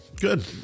Good